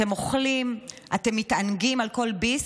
אתם אוכלים, אתם מתענגים על כל ביס,